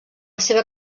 seva